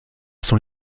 son